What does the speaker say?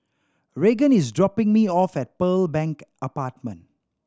Raegan is dropping me off at Pearl Bank Apartment